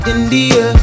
India